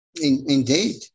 Indeed